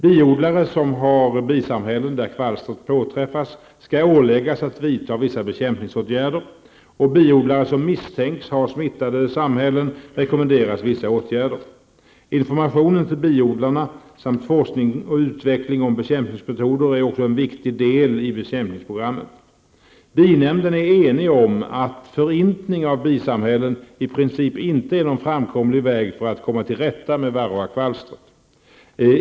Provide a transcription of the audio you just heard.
Biodlare som har bisamhällen där kvalstret påträffas skall åläggas att vidta vissa bekämpningsåtgärder, och biodlare som misstänks ha smittade samhällen rekommenderas vissa åtgärder. Information till biodlarna samt forskning om och utveckling av bekämpningsmetoder är också en viktig del i bekämpningsprogrammet. Binämnden är enig om att förintning av bisamhällena i princip inte är någon framkomlig väg för att komma till rätta med varroakvalstret.